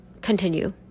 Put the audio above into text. continue